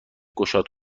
گشاد